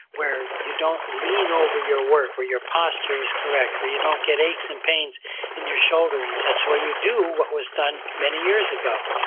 where you don't lean over your work, where your posture is correct. where you don't get aches and pains in your shoulder and such what you do, what was done many years ago.